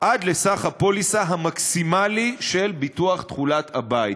עד לסך הפוליסה המקסימלי של ביטוח תכולת הבית.